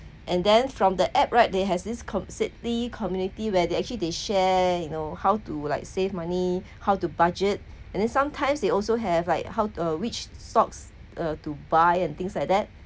and then from the app right they has this com~ seedly community where they actually they share you know how to like save money how to budget and then sometimes they also have like how uh which stocks uh to buy and things like that